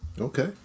okay